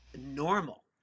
normal